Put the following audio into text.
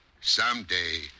Someday